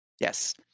yes